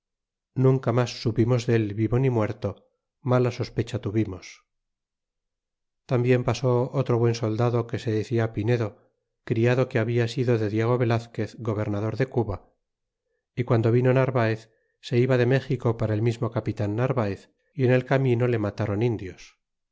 nunca mas supimos dél vivo ni muerto mala sospecha tuvimos tambien pasó otro buen soldado que se decía pinedo criado que habla sido de diego velazquez gobernador de cuba y guando vino narvaez se iba de méxico para el mismo capitan narvaez y en el camino le matron indios